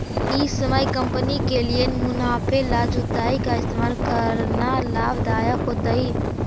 ई समय कंपनी के लिए मुनाफे ला जुताई का इस्तेमाल करना लाभ दायक होतई